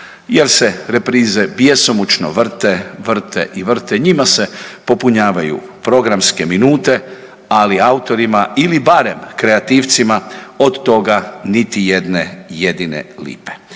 jer se reprize bjesomučno vrte, vrte i vrte, njima se popunjavaju programske minuta, ali autorima ili barem kreativcima od toga niti jedne jedine lipe.